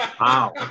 Wow